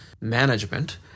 management